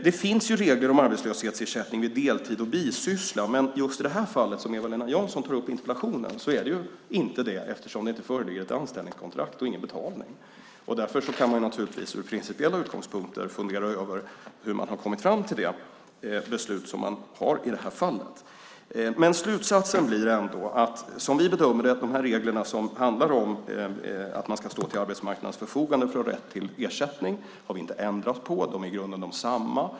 Det finns regler om arbetslöshetsersättning vid deltid och bisyssla, men just i det här fallet som Eva-Lena Jansson tar upp i interpellationen är det inte fråga om det eftersom det inte föreligger ett anställningskontrakt eller någon betalning. Därför kan man från principiella utgångspunkter fundera över hur man har kommit fram till det beslutet i det här fallet. Slutsatsen blir ändå att vi inte har ändrat på de regler som handlar om att stå till arbetsmarknadens förfogande för rätt till ersättning. De är i grunden desamma.